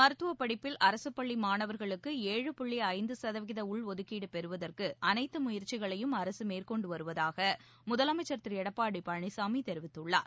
மருத்துவப் படிப்பில் அரசு பள்ளி மானவர்களுக்கு ஏழு புள்ளி ஐந்து சதவீத உள்ஒதுக்கீடு பெறுவதற்கு அனைத்து முயற்சிகளையும் அரசு மேற்கொண்டு வருவதாக முதலமைச்சர் திரு எடப்பாடி பழனிசாமி தெரிவித்துள்ளார்